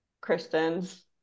Kristen's